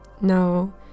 No